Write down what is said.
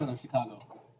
Chicago